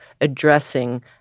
addressing